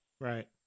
Right